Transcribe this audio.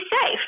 safe